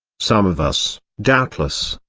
some of us, doubtless,